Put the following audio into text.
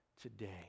today